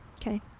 Okay